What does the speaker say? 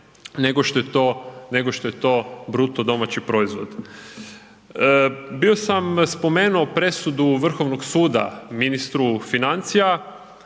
nego što je to, nego što je to BDP. Bio sam spomenuo presudu Vrhovnog suda ministru financija,